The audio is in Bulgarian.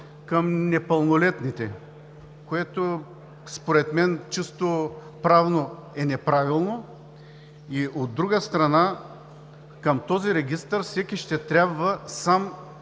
към непълнолетните, което според мен чисто правно е неправилно. От друга страна, в този регистър всеки ще трябва сам